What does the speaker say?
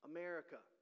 America